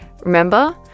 Remember